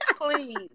please